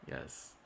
yes